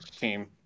team